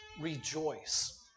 rejoice